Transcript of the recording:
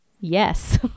Yes